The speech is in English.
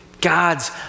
God's